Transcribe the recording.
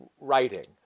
writing